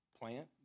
Plant